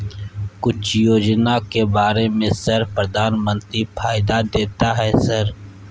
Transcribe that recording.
कुछ योजना के बारे में सर प्रधानमंत्री फायदा देता है सर?